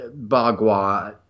Bagua